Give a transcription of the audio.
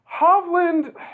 Hovland